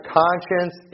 conscience